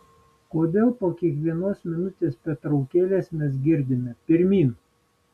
kodėl po kiekvienos minutės pertraukėlės mes girdime pirmyn